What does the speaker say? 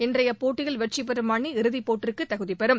இன்றைய போட்டியில் வெற்றிபெறும் அணி இறுதிபோட்டிக்கு தகுதிப்பெறும்